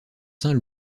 saint